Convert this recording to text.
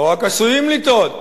לא רק עשויים לטעות,